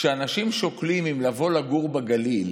כשהאנשים שוקלים אם לבוא לגור בגליל